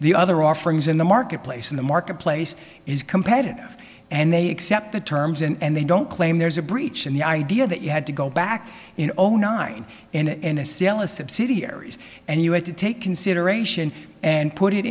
the other offerings in the marketplace in the marketplace is competitive and they accept the terms and they don't claim there's a breach in the idea that you had to go back in zero nine and a sale is subsidiaries and you have to take consideration and put it